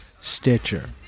Stitcher